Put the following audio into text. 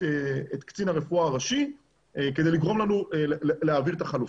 קצין הרפואה הראשי כדי לגרום לנו להעביר את החלופה.